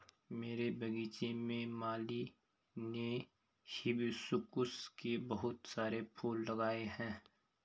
मेरे बगीचे में माली ने हिबिस्कुस के बहुत सारे फूल लगाए हैं